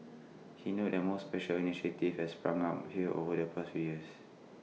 he notes there're more social initiatives have sprung up here over the past few years